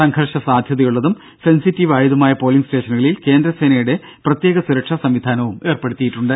സംഘർഷ സാധ്യതയുള്ളതും സെൻസിറ്റീവ് ആയതുമായ പോളിങ്ങ് സ്റ്റേഷനുകളിൽ കേന്ദ്ര സേനയുടെ പ്രത്യേക സുരക്ഷാ സംവിധാനവും ഏർപ്പെടുത്തിയിട്ടുണ്ട്